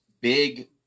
big